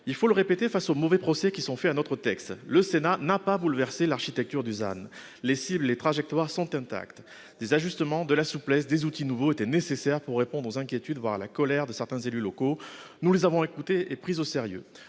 Il faut le répéter : face aux mauvais procès qui sont faits à notre texte, le Sénat n'a pas bouleversé l'architecture du ZAN. Les cibles et les trajectoires sont intactes. Des ajustements, de la souplesse et des outils nouveaux étaient nécessaires pour répondre aux inquiétudes, voire à la colère, de certains élus locaux. Nous les avons écoutés et pris au sérieux.